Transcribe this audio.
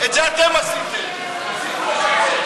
תודה בזה.